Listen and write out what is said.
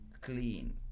clean